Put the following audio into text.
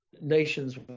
nations